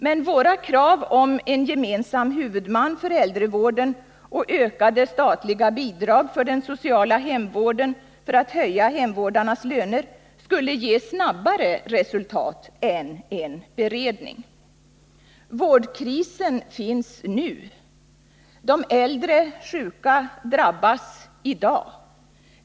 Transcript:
Men våra krav på en gemensam huvudman för äldrevården och ökade statliga bidrag för den sociala hemvården för att höja hemvårdarnas löner skulle ge snabbare resultat än en beredning. Vårdkrisen finns nu. De äldre sjuka drabbas i dag.